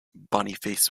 boniface